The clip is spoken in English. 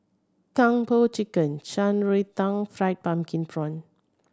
Kung Po Chicken Shan Rui Tang fried pumpkin prawn